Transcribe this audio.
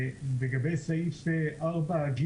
לגבי סעיף 4(ג),